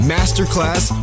Masterclass